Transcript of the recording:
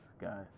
guys